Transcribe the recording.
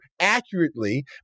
accurately